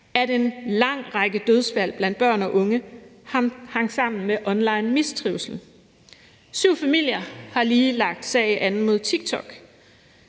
at en lang række dødsfald blandt børn og unge hang sammen med online-mistrivsel. Syv familier har lige lagt sag an mod TikTok,